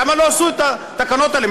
למה לא עשו את התקנות האלה?